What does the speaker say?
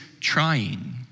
trying